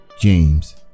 James